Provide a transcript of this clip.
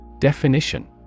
Definition